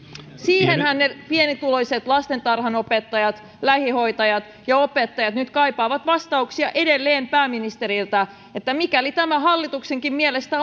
siihenhän ne pienituloiset lastentarhanopettajat lähihoitajat ja opettajat nyt kaipaavat edelleen vastauksia pääministeriltä että mikäli tämä hallituksenkin mielestä